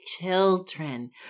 children